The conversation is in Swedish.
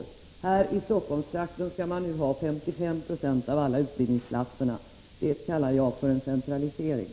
Men här i Stockholmstrakten skall man nu ha 55 96 av alla utbildningsplatser. Det kallar jag centralisering.